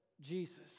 Jesus